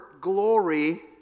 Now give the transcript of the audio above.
glory